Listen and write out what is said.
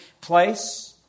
place